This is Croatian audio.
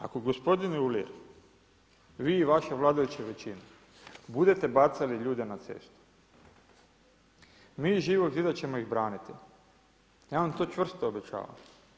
Ako gospodine Uhlir, vi i vaša vladajuća većina, budete bacali ljude na cestu, mi iz Živog zida ćemo ih braniti, ja vam to čvrstom obećavam.